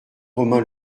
romain